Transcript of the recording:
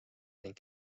ning